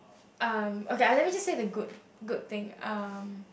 um okay lah let me just say the good good thing um